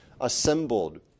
Assembled